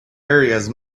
areas